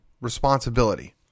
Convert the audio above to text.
responsibility